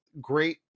great